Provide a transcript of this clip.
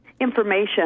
information